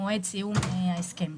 מועד סיום ההסכם.